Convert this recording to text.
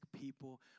people